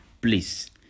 please